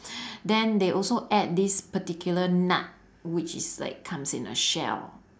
then they also add this particular nut which is like comes in a shell